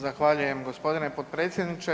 Zahvaljujem gospodine potpredsjedniče.